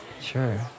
Sure